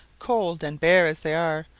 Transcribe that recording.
cold and bare as they are,